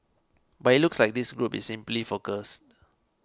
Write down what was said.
but it looks like this group is simply confused